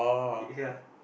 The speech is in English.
ya